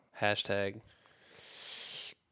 Hashtag